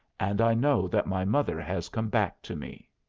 and i know that my mother has come back to me.